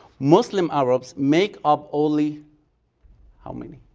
muslim arabs make up only how many?